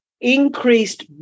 increased